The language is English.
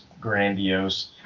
grandiose